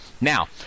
Now